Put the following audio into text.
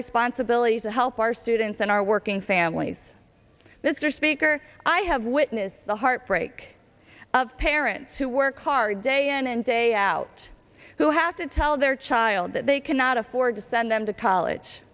responsibility to help our students and our working families mr speaker i have witnessed the heartbreak of parents who work hard day in and day out have to tell their child that they cannot afford to send them to college